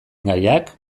gaiak